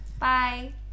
Bye